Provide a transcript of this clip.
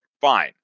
fine